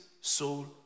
soul